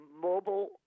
mobile